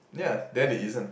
ya then it isn't